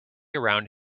around